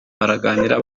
baraganira